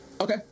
Okay